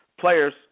Players